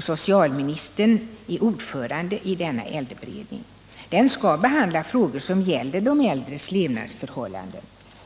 Socialministern är ordförande i äldreberedningen. Den skall behandla frågor som gäller de äldres levnadsförhållanden.